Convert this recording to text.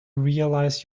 realize